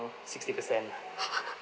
sixty percent lah